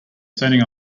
standing